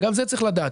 וגם זה צריך לדעת.